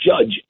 judge